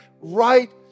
right